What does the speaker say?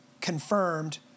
confirmed